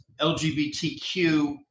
LGBTQ